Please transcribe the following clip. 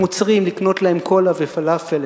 הם עוצרים לקנות להם קולה ופלאפל,